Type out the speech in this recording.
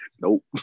Nope